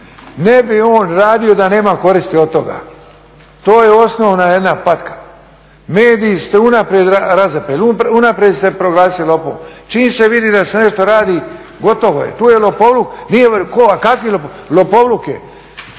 Ne bi on radio da nema koristi od toga, to je osnovna jedna patka. Mediji su te unaprijed razapeli, unaprijed su te proglasili lopov. Čim se vidi da se nešto radi gotovo je, tu je lopovluk, … lopovluk je.